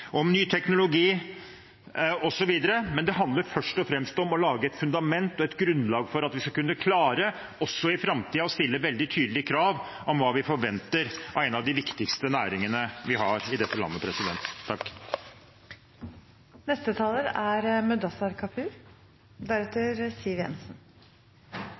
ny teknologi osv. Men det handler først og fremst om å lage et fundament og grunnlag for at vi også i framtiden skal kunne klare å stille veldig tydelige krav om hva vi forventer av en av de viktigste næringene vi har i dette landet.